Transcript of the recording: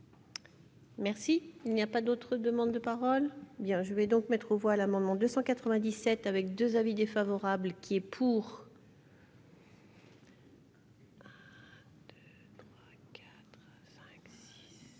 Merci, il n'y a pas d'autres demandes de parole bien, je vais donc mettre aux voix l'amendement 297 avec 2 avis défavorables qui est pour. 5 6 7 6.